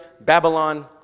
Babylon